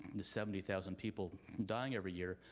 the seventy thousand people dying every year,